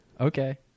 Okay